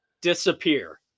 Disappear